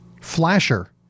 Flasher